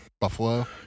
Buffalo